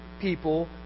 people